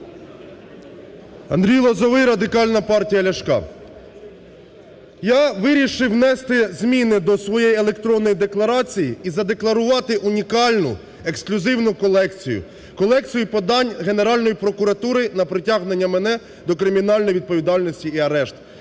Андрій Лозовий, Радикальна партія Ляшка. Я вирішив внести зміни до своєї електронної декларації і задекларувати унікальну ексклюзивну колекцію. Колекцію подань Генеральної прокуратури на притягнення мене до кримінальної відповідальності і арешту.